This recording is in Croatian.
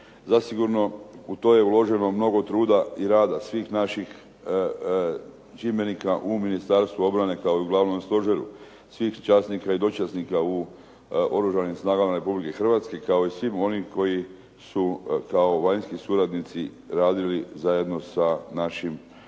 Zasigurno u to je uloženo mnogo truda i rada svih naših čimbenika u Ministarstvu obrane kao i u Glavnom stožeru, svih časnika i dočasnika u Oružanim snagama Republike Hrvatske kao i svim onim koji su kao vanjski suradnici radili zajedno sa našim ljudima